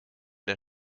der